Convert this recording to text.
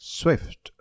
swift